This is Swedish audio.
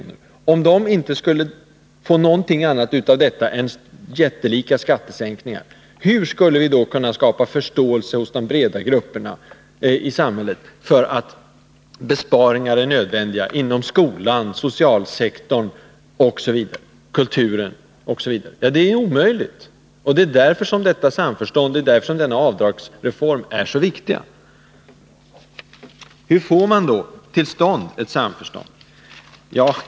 , så att resultatet av denna reform för deras del inte blir något annat än jättelika skattesänkningar — hur skulle vi då kunna skapa förståelse hos de breda grupperna i samhället för att besparingar är nödvändiga inom skolan, socialsektorn, kulturen osv.? Det är omöjligt. Det är därför detta samförstånd och denna avdragsrättsreform är så viktiga. Hur får man då till stånd ett samförstånd?